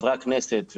חברי הכנסת,